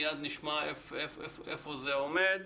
מייד נשמע איפה זה עומד.